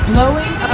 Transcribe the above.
Blowing